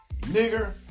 Nigger